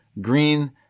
green